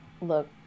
look